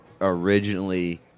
originally